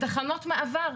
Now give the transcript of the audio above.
ישנן ערים שבשלב אחד אמרו